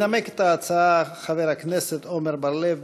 ינמק את ההצעה חבר הכנסת עמר בר-לב.